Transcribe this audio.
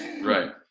Right